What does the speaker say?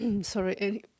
Sorry